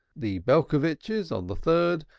the belcovitches on the third,